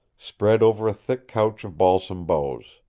spread over a thick couch of balsam boughs.